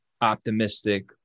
optimistic